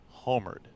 homered